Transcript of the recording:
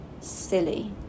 silly